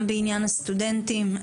גם בעניין הסטודנטים,